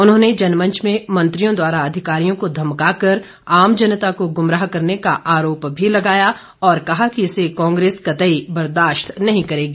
उन्होंने जनमंच में मंत्रियों द्वारा अधिकारियों को धमकाकर आम जनता को गुमराह करने का आरोप भी लगाया और कहा कि इसे कांग्रेस कतई बर्दाश्त नहीं करेगी